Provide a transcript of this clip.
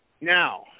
now